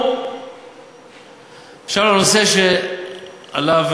לשרוף את כל המדינה?